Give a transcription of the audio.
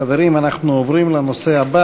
חברים, נעבור להצעות לסדר-היום בנושא: